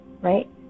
right